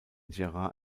gerard